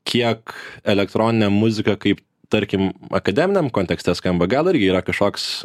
kiek elektroninę muziką kaip tarkim akademiniam kontekste skamba gal irgi yra kažkoks